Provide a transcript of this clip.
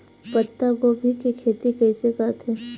पत्तागोभी के खेती कइसे करथे?